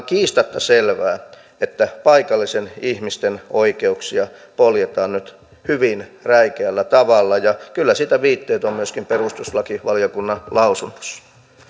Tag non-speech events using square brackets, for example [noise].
[unintelligible] kiistatta selvää että paikallisten ihmisten oikeuksia poljetaan nyt hyvin räikeällä tavalla ja kyllä siitä viitteitä on myöskin perustuslakivaliokunnan lausunnossa sitten palataan